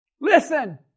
Listen